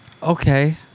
Okay